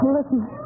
Listen